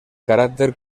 carácter